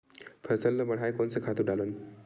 फसल ल बढ़ाय कोन से खातु डालन?